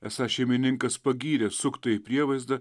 esą šeimininkas pagyrė suktąjį prievaizdą